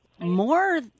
More